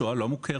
שואה לא מוכרת,